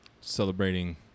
celebrating